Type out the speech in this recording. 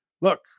look